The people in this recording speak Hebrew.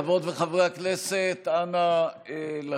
חברות וחברי הכנסת, נא לשבת.